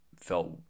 felt